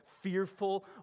fearful